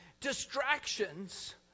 distractions